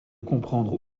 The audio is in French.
comprendre